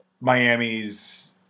Miami's